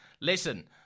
listen